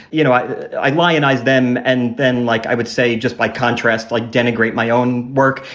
you know, i i lionize them. and then, like i would say, just by contrast, like denigrate my own work.